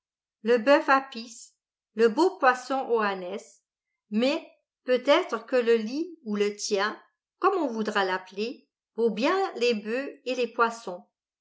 le boeuf apis le beau poisson oannès mais peut-être que le li ou le tien comme on voudra l'appeler vaut bien les boeufs et les poissons